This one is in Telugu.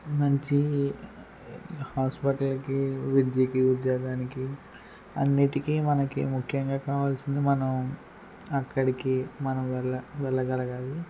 మంచి హాస్పిటల్కి విద్యకి ఉద్యోగానికి అన్నిటికి మనకి ముఖ్యంగా కావాల్సింది మనం అక్కడికి మనం వెళ్ళ వెళ్ళగలగాలి